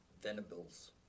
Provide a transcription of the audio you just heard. Venables